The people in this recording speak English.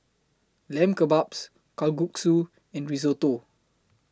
Lamb Kebabs Kalguksu and Risotto